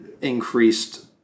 increased